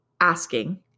asking